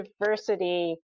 diversity